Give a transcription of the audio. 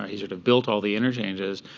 ah he sort of built all the interchanges.